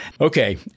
Okay